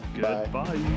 Goodbye